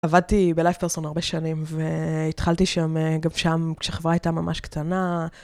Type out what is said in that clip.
עבדתי בלייב פרסון הרבה שנים והתחלתי שם, גם שם כשחברה הייתה ממש קטנה.